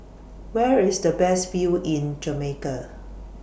Where IS The Best View in Jamaica